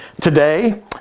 Today